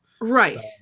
Right